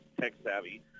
tech-savvy